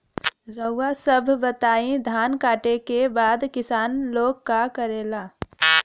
रउआ सभ बताई धान कांटेके बाद किसान लोग का करेला?